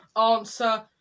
answer